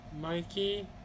Mikey